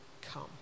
come